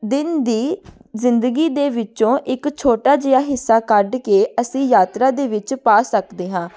ਦਿਨ ਦੀ ਜ਼ਿੰਦਗੀ ਦੇ ਵਿੱਚੋਂ ਇੱਕ ਛੋਟਾ ਜਿਹਾ ਹਿੱਸਾ ਕੱਢ ਕੇ ਅਸੀਂ ਯਾਤਰਾ ਦੇ ਵਿੱਚ ਪਾ ਸਕਦੇ ਹਾਂ